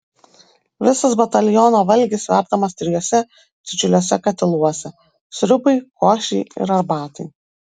visas bataliono valgis verdamas trijuose didžiuliuose katiluose sriubai košei ir arbatai